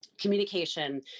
Communication